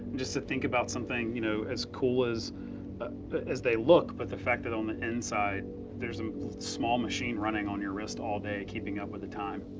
just to think about something you know as cool as as they look but the fact that on the inside a ah small machine running on your wrist all day keeping up with the time.